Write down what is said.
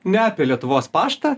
ne apie lietuvos paštą